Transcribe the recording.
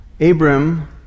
Abram